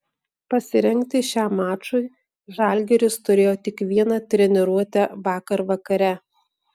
pasirengti šiam mačui žalgiris turėjo tik vieną treniruotę vakar vakare